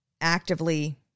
actively